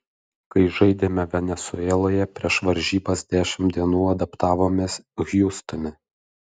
kai žaidėme venesueloje prieš varžybas dešimt dienų adaptavomės hjustone